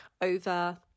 over